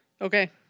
Okay